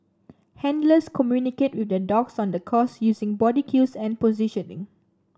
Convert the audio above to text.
handlers communicate with their dogs on the course using body cues and positioning